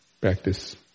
practice